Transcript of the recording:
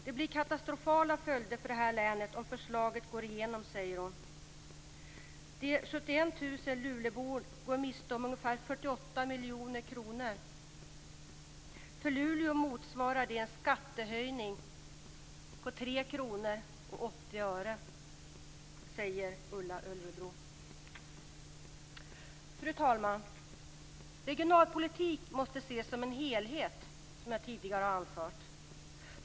Det blir katastrofala följder för det här länet om förslaget går igenom, säger hon. De 71 000 Luleborna går miste om ungefär 48 - För Luleå motsvarar det en skattehöjning på 3 Fru talman! Regionalpolitik måste ses som en helhet, som jag tidigare har anfört.